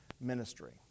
ministry